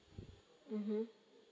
mmhmm